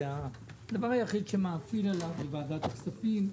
הדבר היחיד שמאפיל עליו זה ועדת הכספים.